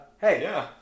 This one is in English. hey